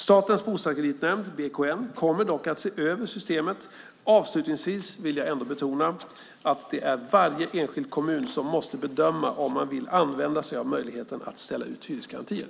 Statens Bostadskreditnämnd, BKN, kommer dock att se över systemet. Avslutningsvis vill jag ändå betona att det är varje enskild kommun som måste bedöma om man vill använda sig av möjligheten att ställa ut hyresgarantier.